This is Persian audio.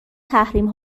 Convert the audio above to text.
تحریم